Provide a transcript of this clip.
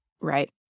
Right